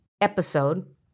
episode